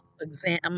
exam